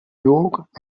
york